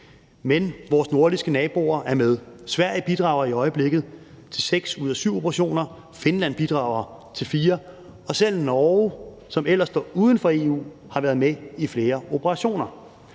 men vores nordiske naboer er med. Sverige bidrager i øjeblikket til seks ud af syv operationer, Finland bidrager til fire, og selv Norge, som ellers står uden for EU, har været med i flere operationer.